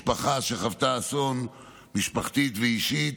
משפחה שחוותה אסון משפחתי ואישי.